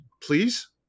please